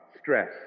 stress